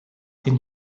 den